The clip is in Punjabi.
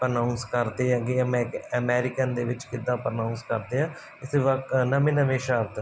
ਅਨਾਊਂਸ ਕਰਦੇ ਹੈਗੇ ਆਂ ਮੈਂ ਅਮੈਰੀਕਨ ਦੇ ਵਿੱਚ ਕਿੱਦਾਂ ਪ੍ਰੋਨਾਉਂਸ ਕਰਦੇ ਹਾਂ ਇਸ ਨਵੇਂ ਨਵੇਂ ਸ਼ਬਦ